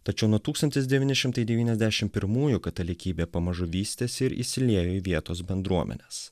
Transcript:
tačiau nuo katalikybė pamažu vystėsi ir įsiliejo į vietos bendruomenes